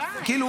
כאילו,